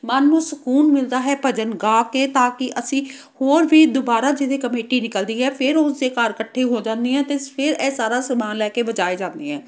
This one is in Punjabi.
ਮਨ ਨੂੰ ਸਕੂਨ ਮਿਲਦਾ ਹੈ ਭਜਨ ਗਾ ਕੇ ਤਾਂ ਕਿ ਅਸੀਂ ਹੋਰ ਵੀ ਦੁਬਾਰਾ ਜਿਹਦੇ ਕਮੇਟੀ ਨਿਕਲਦੀ ਹੈ ਫਿਰ ਉਸ ਦੇ ਘਰ ਇਕੱਠੇ ਹੋ ਜਾਂਦੇ ਹਾਂ ਅਤੇ ਸ ਫਿਰ ਇਹ ਸਾਰਾ ਸਮਾਨ ਲੈ ਕੇ ਬਜਾਏ ਜਾਂਦੇ ਹੈ